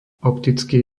optický